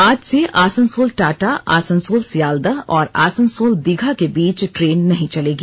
आज से आसनसोल टाटा आसनसोल सियालदह और आसनसोल दीघा के बीच ट्रेन नहीं चलेगी